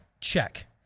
Check